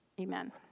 Amen